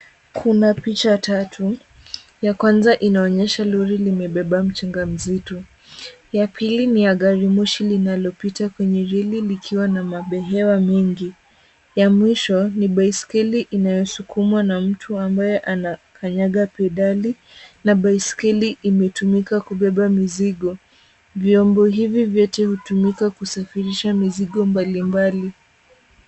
Kuna picha tatu, ya kwanza inaonyesha lori limebeba mchanga mzito, ya pili ni ya gari moshi linalopita kwenye reli likiwa na mabehewa mengi, ya mwisho ni baiskeli inayosukumwa na mtu ambaye anakanyanga pedali na baiskeli imetumika kubeba mizigo. Vyombo hivi vyote hutumika kusafirisha mizigo mbalimbali.